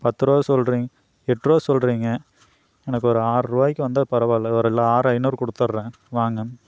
பத்துருபா சொல்றீங்க எட்டுருவா சொல்கிறீங்க எனக்கு ஒரு ஆறுரூபாய்க்கு வந்தால் பரவாயில்ல வேற இல்லைனா ஆறு ஐநூறு கொடுத்துடுறேன் வாங்க